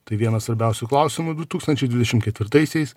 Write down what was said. tai vienas svarbiausių klausimų du tūkstančiai dvidešimt ketvirtaisiais